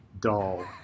doll